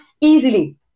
easily